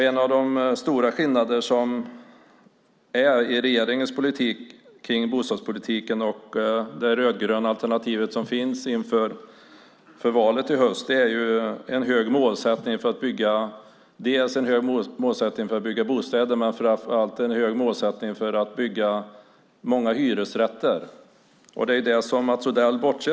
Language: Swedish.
En av de stora skillnaderna mellan regeringens bostadspolitik och det rödgröna alternativet inför valet i höst är dels vår höga målsättning att bygga bostäder, dels, och framför allt, den höga målsättningen att bygga många hyresrätter.